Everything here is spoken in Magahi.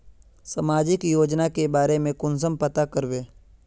सामाजिक योजना के बारे में कुंसम पता करबे?